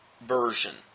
version